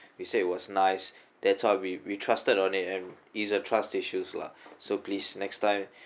we say it was nice that's why we we trusted on and it's a trust issues lah so please next time